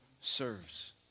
serves